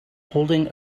holding